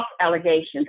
allegations